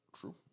True